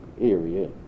area